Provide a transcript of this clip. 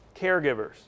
caregivers